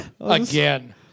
Again